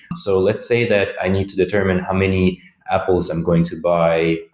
so let's say that i need to determine how many apples i'm going to buy.